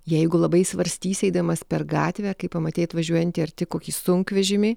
jeigu labai svarstysi eidamas per gatvę kai pamatei atvažiuojantį arti kokį sunkvežimį